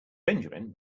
benjamin